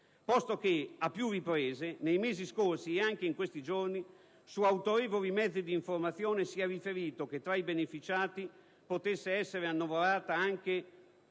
posto che a più riprese nei mesi scorsi e anche in questi giorni su autorevoli mezzi d'informazione si è riferito che tra i beneficiati potesse essere annoverata anche